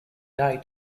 day